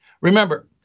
Remember